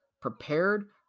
prepared